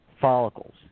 follicles